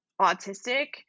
autistic